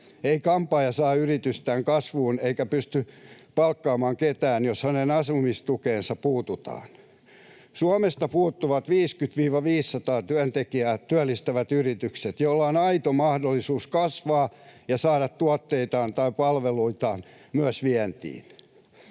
Ei kampaaja saa yritystään kasvuun eikä pysty palkkaamaan ketään, jos hänen asumistukeensa puututaan. Suomesta puuttuvat 50—500 työntekijää työllistävät yritykset, joilla on aito mahdollisuus kasvaa ja saada tuotteitaan tai palveluitaan myös vientiin.